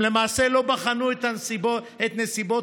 הם למעשה לא בחנו אם נסיבות